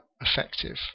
effective